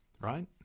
right